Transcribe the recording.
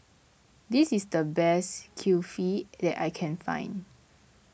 this is the best Kulfi that I can find